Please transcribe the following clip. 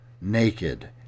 naked